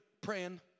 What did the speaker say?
praying